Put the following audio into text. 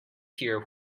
here